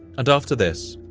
and after this,